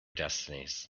destinies